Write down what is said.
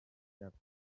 byakoze